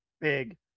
big